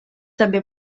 també